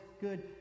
good